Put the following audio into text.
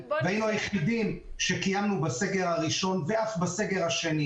וגם היינו היחידים שקיימנו בסגר הראשון והשני,